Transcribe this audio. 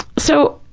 so,